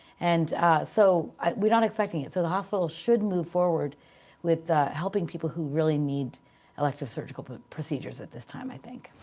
and so we're not expecting it. so the hospitals should move forward with helping people who really need elective surgical procedures at this time, i think.